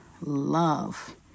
love